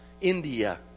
India